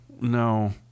No